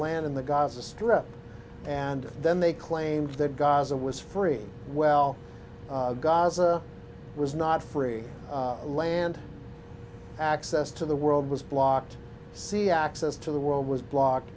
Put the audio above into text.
land in the gaza strip and then they claimed that gaza was free well gaza was not free land access to the world was blocked see access to the world was block